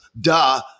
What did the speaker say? Duh